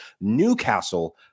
Newcastle